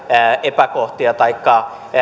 epäkohtia taikka